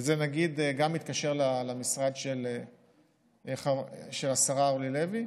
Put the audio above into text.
וזה נגיד גם מתקשר למשרד של השרה אורלי לוי,